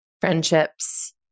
friendships